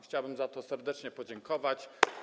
Chciałbym za to serdecznie podziękować.